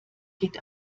geht